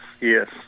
yes